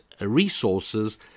resources